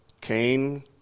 Cain